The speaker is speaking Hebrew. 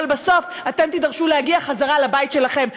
אבל בסוף אתם תידרשו להגיע חזרה לבית שלכם,